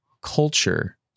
culture